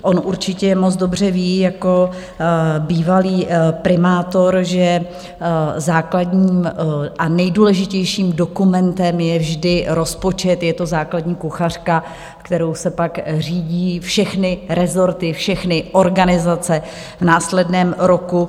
On určitě moc dobře ví jako bývalý primátor, že základním a nejdůležitějším dokumentem je vždy rozpočet, je to základní kuchařka, kterou se pak řídí všechny rezorty, všechny organizace v následném roku 2023.